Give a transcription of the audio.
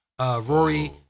Rory